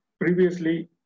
Previously